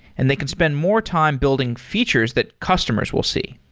and they can spend more time building features that customers will see.